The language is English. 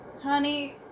Honey